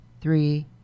three